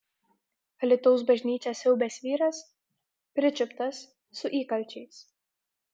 alytaus bažnyčią siaubęs vyras pričiuptas su įkalčiais